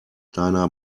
deiner